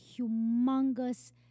humongous